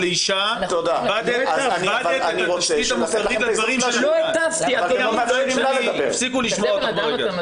לא הטפתי ולא